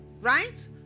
Right